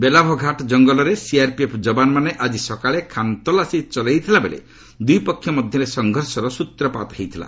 ବେଲାଭାଘାଟ୍ ଜଙ୍ଗଲରେ ସିଆର୍ପିଏଫ୍ ଯବାନମାନେ ଆକି ସକାଳେ ଖାନତଲାସୀ ଚଳାଇଥିବାବେଳେ ଦୁଇପକ୍ଷ ମଧ୍ୟରେ ସଂଘର୍ଷର ସୂତ୍ରପାତ ହୋଇଥିଲା